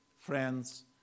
friends